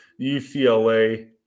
UCLA